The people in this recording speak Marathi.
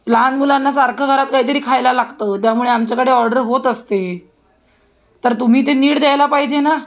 लहान मुलांना सारखं घरात काही तरी खायला लागतं त्यामुळे आमच्याकडे ऑर्डर होत असते तर तुम्ही ते नीट द्यायला पाहिजे ना